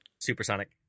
Supersonic